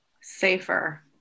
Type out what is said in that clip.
safer